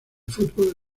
fútbol